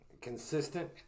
consistent